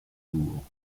tours